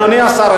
אדוני השר,